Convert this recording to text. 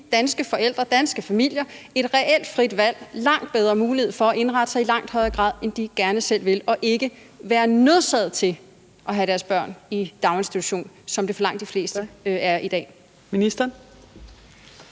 danske forældre, danske familier, et reelt frit valg og en langt bedre mulighed for i langt højere grad at indrette sig, som de gerne selv vil, altså så de ikke er nødsaget til at have deres børn i daginstitution, sådan som det er for langt de fleste i dag.